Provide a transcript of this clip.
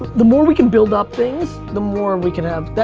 the more we can build up things the more we can have.